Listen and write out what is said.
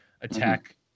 attack